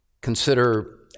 consider